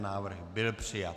Návrh byl přijat.